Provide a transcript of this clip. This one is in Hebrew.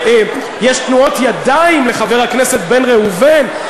יש תנועות ידיים לחבר הכנסת בן ראובן.